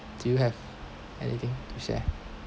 do you have anything to share